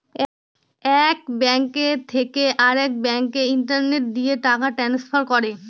এক ব্যাঙ্ক থেকে আরেক ব্যাঙ্কে ইন্টারনেট দিয়ে টাকা ট্রান্সফার করে